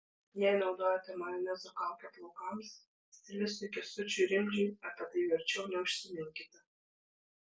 jei naudojate majonezo kaukę plaukams stilistui kęstui rimdžiui apie tai verčiau neužsiminkite